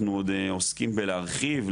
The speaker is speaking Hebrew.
אנחנו עוד עוסקים בלהרחיב,